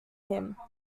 him